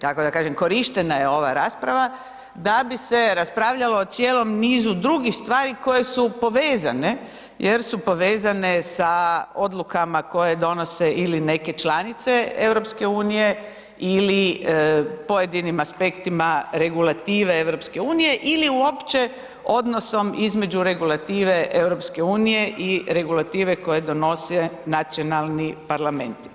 tako da kažem, korištena je ova rasprava da bi se raspravljalo o cijelom nizu drugih stvari koje su povezane jer su povezane sa odlukama koje donose ili neke članice EU ili pojedinim aspektima regulative EU ili uopće odnosom između regulative EU i regulative koju donose Nacionalni parlamenti.